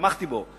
ותמכתי בו,